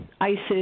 Isis